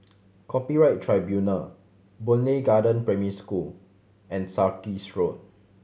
Copyright Tribunal Boon Lay Garden Primary School and Sarkies Road